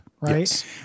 Right